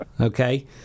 Okay